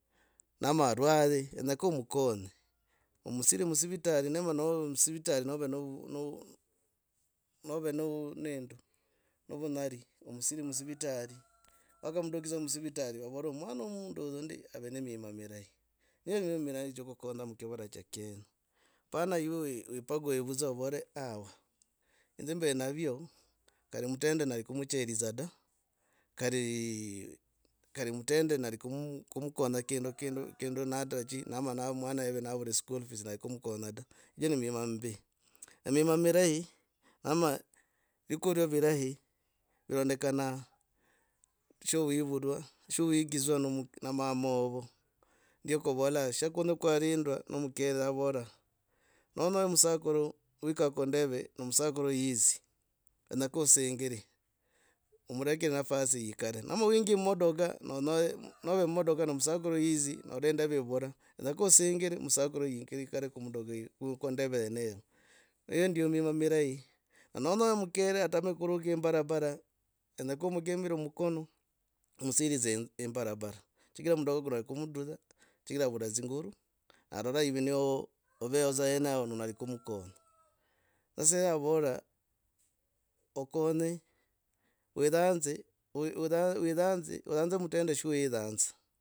Na mararwe yenyoka omukenye omusire musivitali nov no nave ndndu nevunyali omusire musivitali wakamdukiza musivitali ovole mwana wa omundu vya dza ndi av ne ne mima mirahi. Ne mima mirahi cha kukonya kivara cha kenya pana iwe wipague vudza avare awa inze mbe navyo kari mutende nalikumkanya kindur kindu natachi nama ama mwana eve navula school fees nali kumkanya da. hicho ne mima mbi emima mirahi ama vikario virahi virondekana sho wivulwa. sho wegidzwa nomu. nomama wovo ndio kuvola sho kwanyi kwarindwa nomukere avora nonyoa musukaru wikare kuindeve. nomusakuru yidzi konyaka osingiri. omurek nafasi yikare ama wingii mudoga nonyoaa nove mudogaa namsukuru nondenda vivura kenyaka osingiri yikare ku mudogaa kuindeve yeneyo. eeh ndio mima mirahi nonyoa mukere ateme kuruka imbarabara. kenyaka omukimire omukono. omusiridze imbarabara mudoga kura. kumtuza chigira avura dzinguru arora ive eveho dza awenaho onyela kumkonya. sasa eye avora okenye wiranze wiranze otranzo mutyende sho weranza.